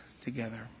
together